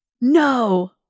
No